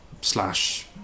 slash